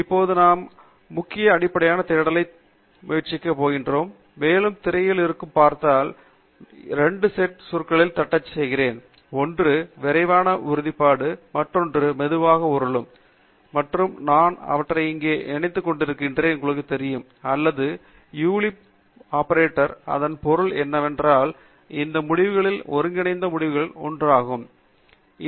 இப்போது நாம் இப்போது ஒரு முக்கிய அடிப்படையான தேடலை முயற்சிக்கப் போகிறோம் மேலும் திரையில் இருந்து பார்க்க முடிந்தால் நான் இரண்டு செட் சொற்களில் தட்டச்சு செய்திருக்கிறேன் ஒன்று விரைவான உறுதிப்பாடும் மற்றொன்று மெதுவாக உருகும் மற்றும் நான் அவற்றை இங்கே இணைத்துக்கொண்டிருக்கிறேன் உங்களுக்கு தெரியும் அல்லது பூலியன் ஆபரேட்டர்கள் இதன் பொருள் என்னவென்றால் இந்த முடிவுகளில் ஒன்றிணைந்த முடிவுகளின் ஒரு ஒற்றுமை கிடைக்கும்